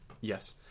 Yes